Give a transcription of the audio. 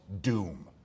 doom